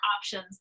options